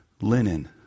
linen